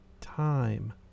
time